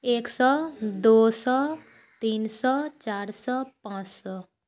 एक सए दू सए तीन सए चारि सए पाँच सए